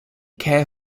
care